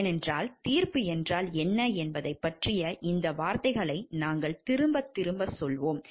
ஏனென்றால் தீர்ப்பு என்றால் என்ன என்பதைப் பற்றிய இந்த வார்த்தைகளை நாங்கள் திரும்பத் திரும்பச் சொல்வோம்